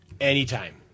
Anytime